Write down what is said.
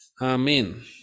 Amen